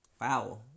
wow